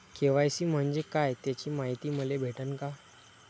KYC म्हंजे काय त्याची मायती मले भेटन का?